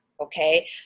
okay